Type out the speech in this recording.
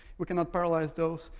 we can not paralyze those.